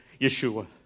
Yeshua